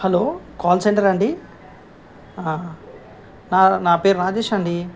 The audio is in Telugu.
హలో కాల్ సెంటరా అండి నా నా పేరు రాజేష్ అండి